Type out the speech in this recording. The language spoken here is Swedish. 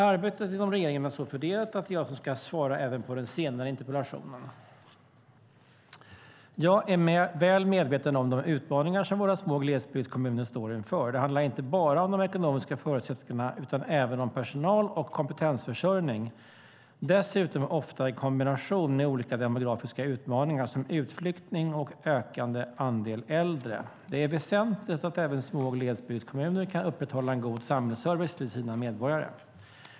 Arbetet inom regeringen är så fördelat att det är jag som ska svara även på den senare interpellationen. Jag är väl medveten om de utmaningar som våra små glesbygdskommuner står inför. Det handlar inte bara om de ekonomiska förutsättningarna utan även om personal och kompetensförsörjning, dessutom ofta i kombination med olika demografiska utmaningar som utflyttning och en ökande andel äldre. Det är väsentligt att även små glesbygdskommuner kan upprätthålla en god samhällsservice till sina medborgare.